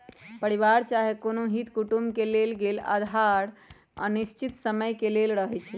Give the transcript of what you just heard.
परिवार चाहे कोनो हित कुटुम से लेल गेल उधार अनिश्चित समय के लेल रहै छइ